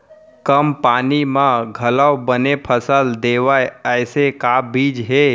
कम पानी मा घलव बने फसल देवय ऐसे का बीज हे?